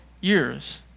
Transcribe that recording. years